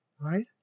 right